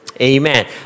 Amen